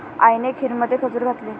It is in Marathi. आईने खीरमध्ये खजूर घातला